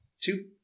Two